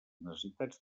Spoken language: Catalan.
necessitats